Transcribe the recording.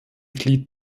glied